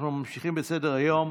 אנחנו ממשיכים בסדר-היום,